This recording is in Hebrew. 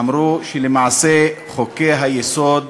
אמרו למעשה שחוקי-היסוד